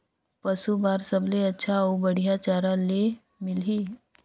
पशु बार सबले अच्छा अउ बढ़िया चारा ले मिलही?